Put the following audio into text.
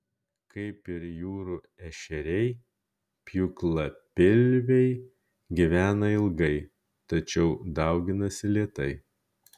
kaip ir jūrų ešeriai pjūklapilviai gyvena ilgai tačiau dauginasi lėtai